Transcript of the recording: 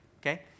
okay